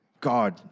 God